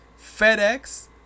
fedex